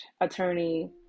Attorney